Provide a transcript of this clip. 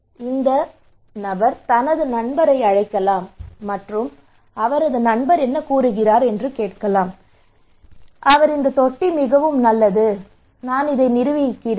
எனவே இந்த நபர் தனது நண்பரை அழைக்கலாம் மற்றும் அவரது நண்பர் கூறுகிறார் இந்த தொட்டி மிகவும் நல்லது நான் இதை நிறுவியிருக்கிறேன்